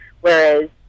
whereas